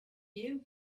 you